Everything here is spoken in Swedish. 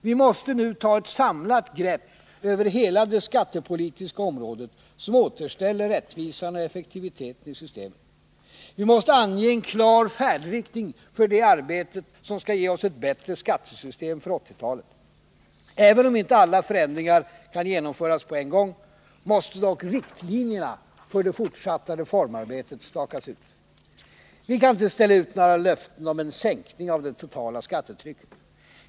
Vi måste nu ta ett samlat grepp över hela det skattepolitiska området som återställer rättvisan och effektiviteten i systemet. Vi måste ange en klar färdriktning för det arbete som skall ge oss ett bättre skattesystem för 1980-talet. Även om inte alla förändringar kan genomföras på en gång, måste dock riktlinjerna för det fortsatta reformarbetet stakas ut. Vi kan inte ställa ut något löfte om en sänkning av det totala skattetrycket.